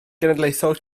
genedlaethol